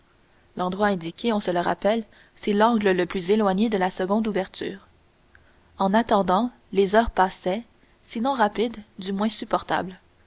l'endroit indiqué on se le rappelle c'est l'angle le plus éloigné de la seconde ouverture en attendant les heures passaient sinon rapides du moins supportables